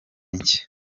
nshya